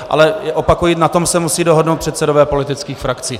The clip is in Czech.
Ale opakuji, na tom se musí dohodnout předsedové politických frakcí.